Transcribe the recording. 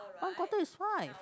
one quarter is fine